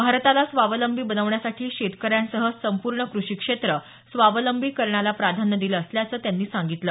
भारताला स्वावलंबी बनवण्यासाठी शेतकऱ्यांसह संपूर्ण कृषी क्षेत्र स्वावलंबी करण्याला प्राधान्य दिलं असल्याचं त्यांनी सांगितलं